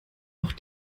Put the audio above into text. auch